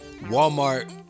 Walmart